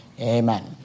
Amen